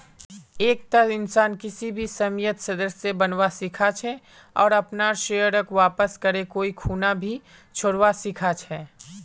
एकता इंसान किसी भी समयेत सदस्य बनवा सीखा छे आर अपनार शेयरक वापस करे कोई खूना भी छोरवा सीखा छै